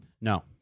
No